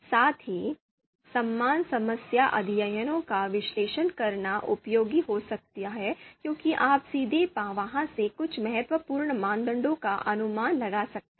साथ ही समान समस्या अध्ययनों का विश्लेषण करना उपयोगी हो सकता है क्योंकि आप सीधे वहां से कुछ महत्वपूर्ण मानदंडों का अनुमान लगा सकते हैं